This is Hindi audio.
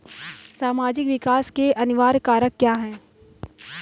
सामाजिक विकास के लिए अनिवार्य कारक क्या है?